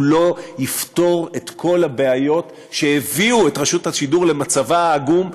הוא לא יפתור את כל הבעיות שהביאו את רשות השידור למצבה העגום,